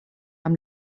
amb